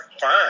fine